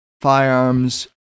firearms